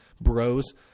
bros